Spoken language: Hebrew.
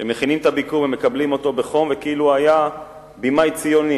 שמכינים את הביקור ומקבלים אותו בחום כאילו הוא היה בימאי ציוני,